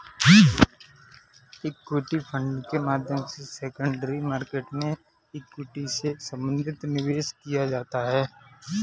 equity fund के माध्यम से सेकेंडरी मार्केट में इक्विटी से संबंधित निवेश किया जाता है